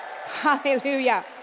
Hallelujah